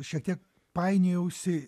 šiek tiek painiojausi